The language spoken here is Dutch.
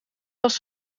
was